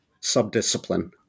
subdiscipline